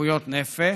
נכויות נפש.